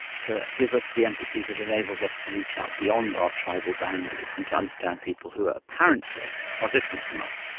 to give us the empathy that enables us to reach out beyond our tribal boundaries and to understand people who ah apparently are different from us.